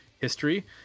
history